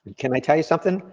can i tell you something?